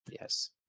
Yes